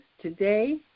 today